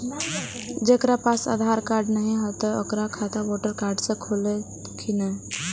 जकरा पास आधार कार्ड नहीं हेते ओकर खाता वोटर कार्ड से खुलत कि नहीं?